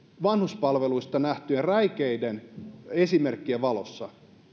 vanhuspalveluista nähtyjen räikeiden esimerkkien valossa